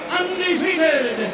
undefeated